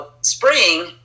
spring